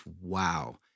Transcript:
wow